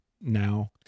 now